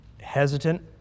hesitant